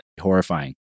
horrifying